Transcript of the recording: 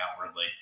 outwardly